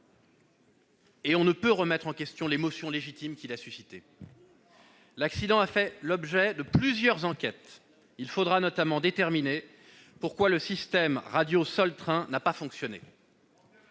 et on ne peut remettre en question l'émotion légitime qu'il a suscitée. Il fait l'objet de plusieurs enquêtes : il faudra notamment déterminer pourquoi le système radio sol-train n'a pas fonctionné.